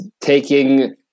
taking